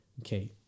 okay